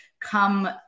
come